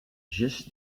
just